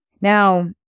Now